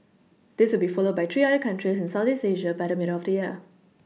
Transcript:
this be followed by three other countries in southeast Asia by the middle of the year